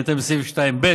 בהתאם לסעיף 2(ב)